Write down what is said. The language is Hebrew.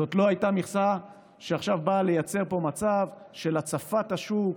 זו לא הייתה מכסה שעכשיו באה לייצר פה מצב של הצפת השוק,